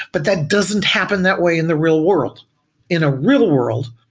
but that doesn't happen that way in the real world in a real world,